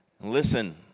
Listen